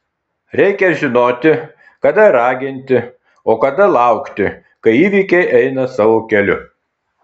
reikia žinoti kada raginti o kada laukti kai įvykiai eina savo keliu